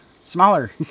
Smaller